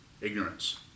ignorance